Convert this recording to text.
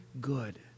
good